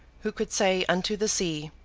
who could say unto the sea,